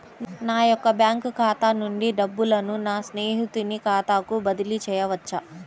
నా యొక్క బ్యాంకు ఖాతా నుండి డబ్బులను నా స్నేహితుని ఖాతాకు బదిలీ చేయవచ్చా?